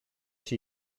she